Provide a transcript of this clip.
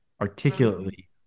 articulately